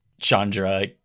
chandra